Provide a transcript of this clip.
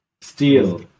steel